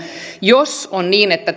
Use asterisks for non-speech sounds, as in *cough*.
jos on niin että *unintelligible*